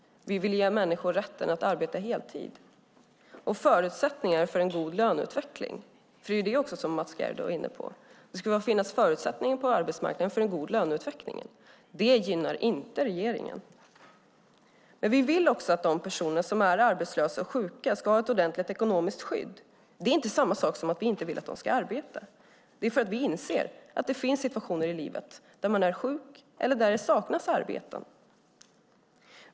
Vi vill ge människor rätten att arbeta heltid och förutsättningar för en god löneutveckling, vilket Mats Gerdau också var inne på. Det ska finnas förutsättningar på arbetsmarknaden för en god löneutveckling. Det gynnas inte av regeringen. Vi vill också att de personer som är arbetslösa och sjuka ska ha ett ordentligt ekonomiskt skydd. Det är inte samma sak som att vi inte vill att de ska arbeta. Det är för att vi inser att det finns situationer i livet då man är sjuk eller då det saknas arbeten.